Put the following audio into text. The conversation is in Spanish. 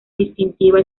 distintiva